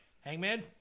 Hangman